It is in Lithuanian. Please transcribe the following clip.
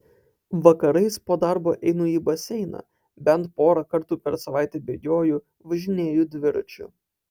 vakarais po darbo einu į baseiną bent porą kartų per savaitę bėgioju važinėju dviračiu